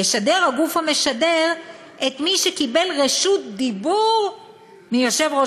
ישדר הגוף המשדר את מי שקיבל רשות דיבור מיושב-ראש